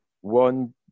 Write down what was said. One